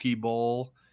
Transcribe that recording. bowl